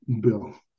bill